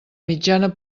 mitjana